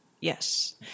yes